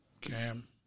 Cam